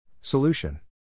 Solution